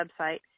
website